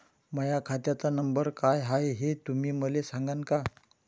माह्या खात्याचा नंबर काय हाय हे तुम्ही मले सागांन का?